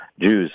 Jews